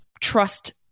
trust